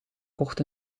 kocht